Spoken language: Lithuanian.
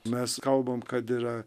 mes kalbam kad yra